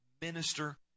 minister